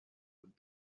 would